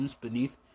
beneath